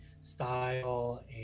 style